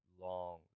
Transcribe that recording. long